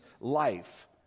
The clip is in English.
life